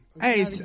Hey